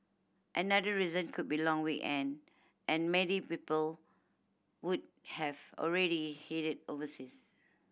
another reason could be long weekend and many people would have already headed overseas